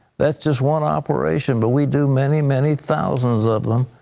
that's just one operation. but we do many, many thousands of them.